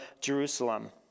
Jerusalem